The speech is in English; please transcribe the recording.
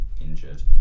injured